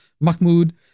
Mahmoud